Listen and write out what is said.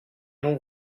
non